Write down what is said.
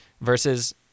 Versus